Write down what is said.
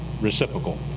Reciprocal